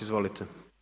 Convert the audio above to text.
Izvolite.